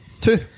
two